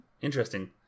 interesting